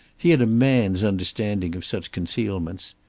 he had a man's understanding of such concealments.